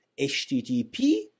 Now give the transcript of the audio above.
http